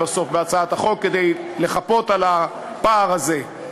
הצעתי, בסוף, בהצעת החוק, כדי לחפות על הפער הזה?